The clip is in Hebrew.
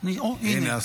אוה, הינה.